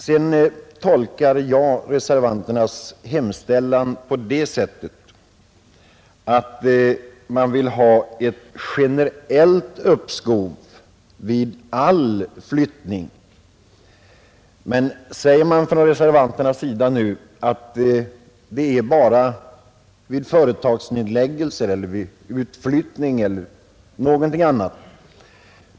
Jag tolkar reservanternas hemställan så att de vill ha ett generellt uppskov med realisationsvinstbeskattning vid all flyttning. Om reservanterna nu säger att deras hemställan avser endast försäljning vid företagsnedläggelser, utflyttning etc.